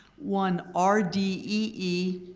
one r d e